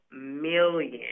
million